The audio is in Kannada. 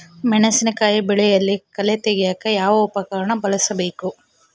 ಮೆಣಸಿನಕಾಯಿ ಬೆಳೆಯಲ್ಲಿ ಕಳೆ ತೆಗಿಯಾಕ ಯಾವ ಉಪಕರಣ ಬಳಸಬಹುದು?